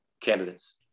candidates